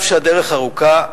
אף שהדרך ארוכה,